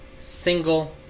single